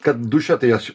kad duše tai aš